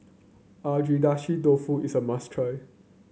Agedashi Dofu is a must try